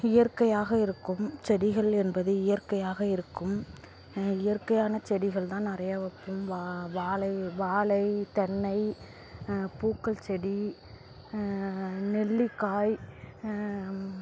இயற்கையாக இருக்கும் செடிகள் என்பது இயற்கையாக இருக்கும் இயற்கையான செடிகள் தான் நிறையா வைப்போம் வா வாழை வாழை தென்னை பூக்கள் செடி நெல்லிக்காய்